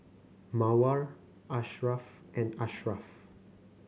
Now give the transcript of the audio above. Mawar Asharaff and Ashraff